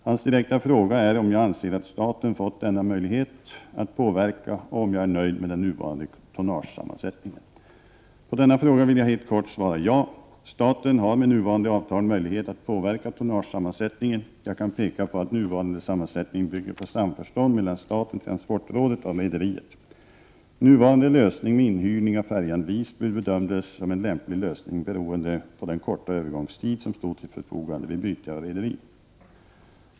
Hans direkta fråga är om jag anser att staten fått denna möjlighet att påverka och om jag är nöjd med den nuvarande tonnagesammansättningen. På denna fråga vill jag helt kort svara ja. Staten har med nuvarande avtal möjlighet att påverka tonnagesammansättningen. Jag kan peka på att nuvarande sammansättning bygger på samförstånd mellan staten/transportrådet och rederiet. Nuvarande lösning med inhyrning av färjan Visby bedömdes som en lämplig lösning beroende på den korta övergångstid som stod till förfogande vid byte av rederi.